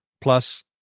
plus—